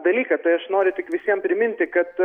dalyką tai aš noriu tik visiem priminti kad